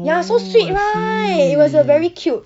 ya so sweet right it was a very cute